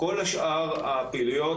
כל שאר הפעילויות,